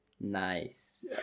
Nice